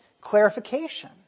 clarification